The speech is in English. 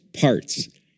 parts